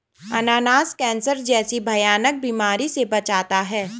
अनानास कैंसर जैसी भयानक बीमारी से बचाता है